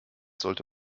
sollte